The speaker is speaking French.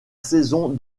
saison